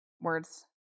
words